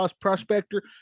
prospector